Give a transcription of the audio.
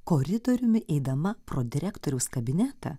koridoriumi eidama pro direktoriaus kabinetą